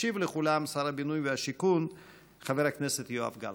ישיב לכולם שר הבינוי והשיכון חבר הכנסת יואב גלנט.